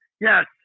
Yes